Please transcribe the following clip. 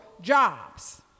jobs